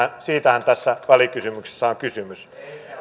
siitähän tässä välikysymyksessä on kysymys